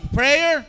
prayer